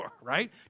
right